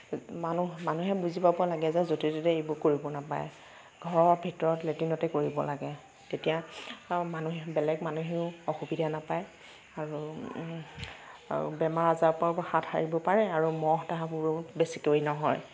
মানুহ মানুহে বুজি পাব লাগে যে য'তে ত'তে এইবোৰ কৰিব নাপায় ঘৰৰ ভিতৰতে লেটিনটো কৰিব লাগে তেতিয়া মানুহ বেলেগ মানুহেও অসুবিধা নাপায় আৰু আৰু বেমাৰ আজাৰ পৰাও হাত সাৰিব পাৰে আৰু মহ দাঁহবোৰো বেছিকৈ নহয়